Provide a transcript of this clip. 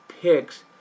picks